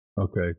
Okay